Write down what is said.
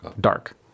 dark